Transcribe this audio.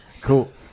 cool